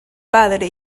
padre